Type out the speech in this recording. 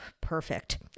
Perfect